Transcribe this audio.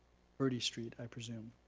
bertie street, i presume.